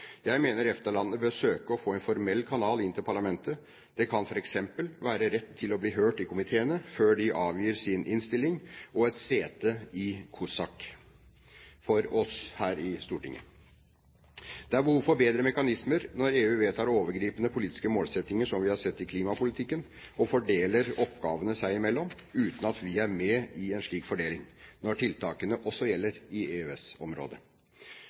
Jeg mener EFTA-landene bør søke å få en formell kanal inn til parlamentet. Det kan f.eks. være rett til å bli hørt i komiteene før de avgir sin innstilling, og et sete i COSAC for oss her i Stortinget. Det er behov for bedre mekanismer når EU vedtar overgripende politiske målsettinger, som vi har sett i klimapolitikken, og fordeler oppgavene seg imellom, uten at vi er med i en slik fordeling når tiltakene også gjelder i